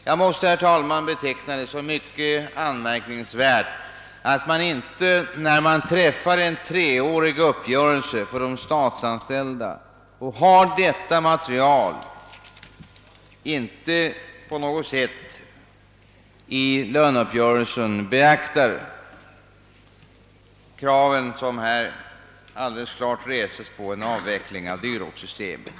Det måste, herr talman, betecknas som mycket anmärkningsvärt att man inte vid den treåriga löneuppgörelse som träffats för de statsanställda — när man dessutom hade detta material att tillgå — på något sätt beaktat de krav som här alldeles klart reses på en avveckling av dyrortssystemet.